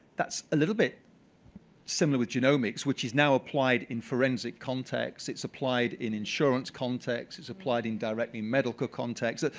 that's a little bit similar with genomics, which is now applied in forensic contexts. it's applied in insurance contexts. it's applied in directly medical contexts.